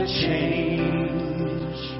change